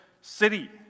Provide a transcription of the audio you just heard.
city